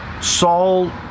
Saul